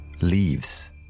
leaves